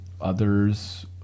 others